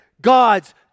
God's